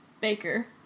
Baker